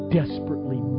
desperately